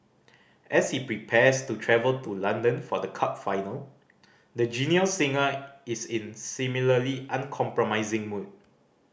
as he prepares to travel to London for the cup final the genial singer is in similarly uncompromising mood